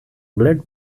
blood